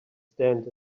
stand